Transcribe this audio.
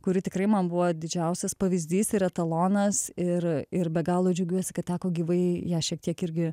kuri tikrai man buvo didžiausias pavyzdys ir etalonas ir ir be galo džiaugiuosi kad teko gyvai ją šiek tiek irgi